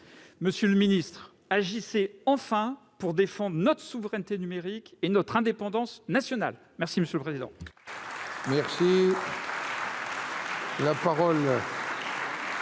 Monsieur le ministre, agissez enfin pour défendre notre souveraineté numérique et notre indépendance nationale ! La parole est